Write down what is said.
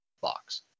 box